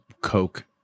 coke